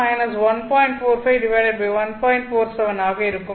47 ஆக இருக்கும்